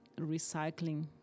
recycling